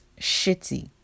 shitty